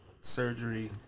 surgery